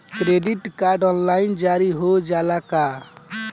Credit card online जारी हो जाला का?